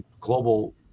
global